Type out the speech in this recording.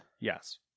Yes